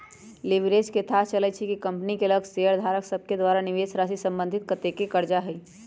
leverage से थाह चलइ छइ कि कंपनी के लग शेयरधारक सभके द्वारा निवेशराशि संबंधित कतेक करजा हइ